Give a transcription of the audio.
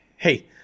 Hey